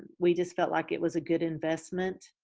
we just felt like it was a good investment,